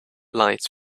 light